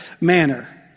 manner